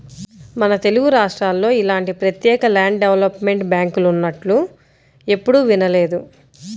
మన తెలుగురాష్ట్రాల్లో ఇలాంటి ప్రత్యేక ల్యాండ్ డెవలప్మెంట్ బ్యాంకులున్నట్లు ఎప్పుడూ వినలేదు